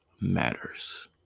matters